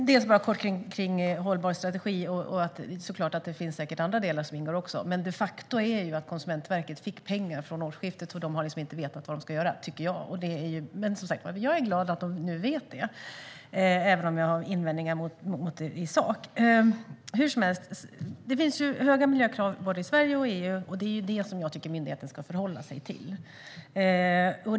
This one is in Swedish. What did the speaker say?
Herr talman! Jag ska säga något kort om hållbar strategi. Det är klart att det säkert också finns andra delar som ingår. Men faktum är att Konsumentverket fick pengar från årsskiftet och att de inte har vetat vad de ska göra. Jag är glad att de nu vet det även om jag har invändningar i sak. Det finns höga miljökrav i både Sverige och EU. Det är vad jag tycker att myndigheten ska förhålla sig till.